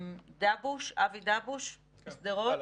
אבי דבוש, שדרות.